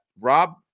Rob